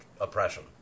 oppression